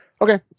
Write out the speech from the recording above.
okay